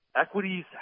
Equities